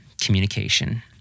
communication